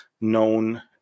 known